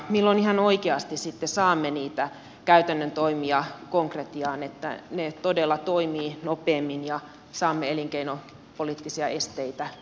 milloin ihan oikeasti sitten saamme niitä käytännön toimia konkretiaa että ne todella toimivat nopeammin ja saamme elinkeinopoliittisia esteitä poistettua